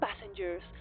passengers